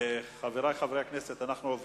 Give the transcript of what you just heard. אני רק רוצה להתנצל בפני חברי הכנסת והבה